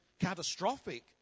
catastrophic